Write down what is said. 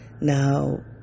Now